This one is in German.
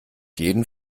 jeden